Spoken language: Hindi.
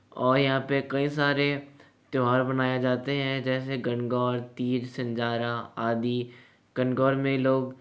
और यहाँ पे कई सारे त्यौहार मनाए जाते हैं जैसे गणगौर तीर संजारा आदि गणगौर में लोग